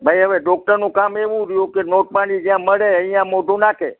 ભાઈ હવે ડોક્ટરનું કામ એવું રહ્યું કે નોટ પાણી જ્યાં મળે ત્યાં મોઢું નાખે